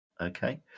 okay